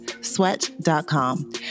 sweat.com